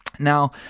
Now